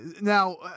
Now